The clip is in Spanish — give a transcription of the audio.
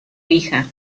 hija